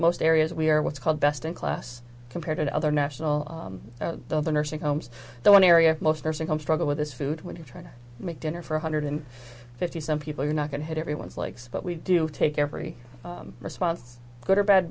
most areas we are what's called best in class compared to other national though the nursing homes the one area most nursing home struggle with this food when you're trying to make dinner for one hundred fifty some people you're not going to have everyone's likes but we do take every response good or bad